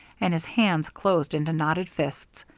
and his hands closed into knotted fists.